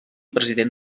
president